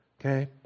Okay